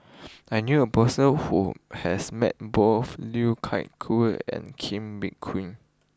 I knew a person who has met both Liu Thai Ker and Kee Bee Khim